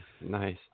Nice